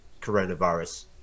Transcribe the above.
coronavirus